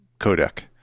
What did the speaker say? codec